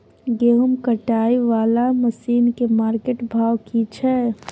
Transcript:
गेहूं कटाई वाला मसीन के मार्केट भाव की छै?